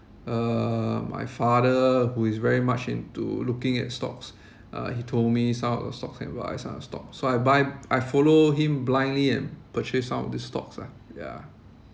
uh my father who is very much into looking at stocks uh he told me some of the stocks advice some of the stocks so I buy I follow him blindly and purchase some of the stocks ah yeah